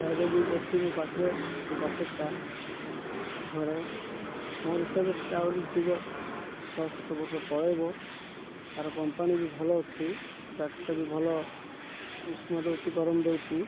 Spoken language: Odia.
ଏବେ ବି ଅଛି ମୋ ପାଖରେ ସେ ଜ୍ୟାକେଟ୍ଟା ଘରେ ମୋର ହିସାବରେ ସେଇଟା ଆହୁରି ଯିବ ଛଅ ସାତ ବର୍ଷ ପଳେଇବ ତାର କମ୍ପାନୀବି ଭଲ ଅଛି ଜ୍ୟାକେଟ୍ଟା ବି ଭଲ ଉଷ୍ମ ଦେଉଛି ଗରମ ଦେଉଛି